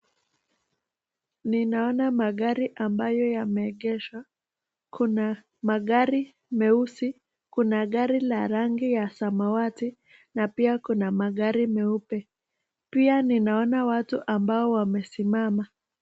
Ninaona magari ambayo yameegeshwa, kuna magari meusi, kuna gari la rangi ya samawati, na pia kuna magari meupe, pia ninaona watu ambao wamesimama.